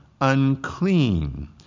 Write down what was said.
unclean